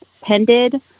pended